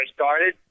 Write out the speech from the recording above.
started